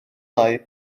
lai